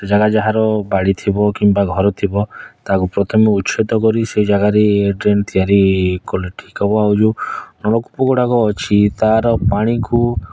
ସେ ଯାଗା ଯାହାର ବାଡ଼ି ଥିବ କିମ୍ୱା ଘର ଥିବ ତା'କୁ ପ୍ରଥମେ ଉଚ୍ଛେଦ କରି ସେ ଯାଗାରେ ଡ଼୍ରେନ୍ ତିଆରି କଲେ ଠିକ୍ ହେବ ଆଉ ଯେଉଁ ନଳକୂପଗୁଡ଼ାକ ଅଛି ତା'ର ପାଣିକୁ